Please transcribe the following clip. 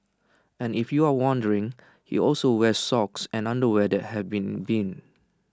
and if you're wondering he also wears socks and underwear that have been binned